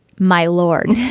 my lord